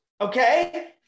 okay